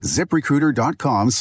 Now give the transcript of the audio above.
ZipRecruiter.com